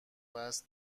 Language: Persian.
وصل